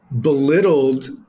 belittled